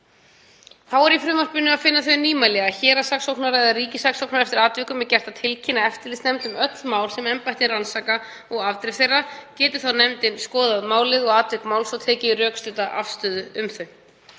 Þá er í frumvarpinu að finna þau nýmæli að héraðssaksóknara, eða ríkissaksóknara eftir atvikum, er gert að tilkynna eftirlitsnefnd um öll mál sem embættið rannsakar og afdrif þeirra. Getur nefndin skoðað málin og atvik þeirra og tekið rökstudda afstöðu um þau.